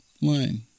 line